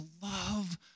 love